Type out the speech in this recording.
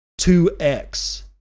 2x